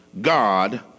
God